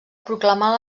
proclamar